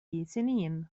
سنين